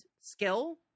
skill